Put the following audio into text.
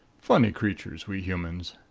funny creatures, we humans!